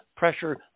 pressure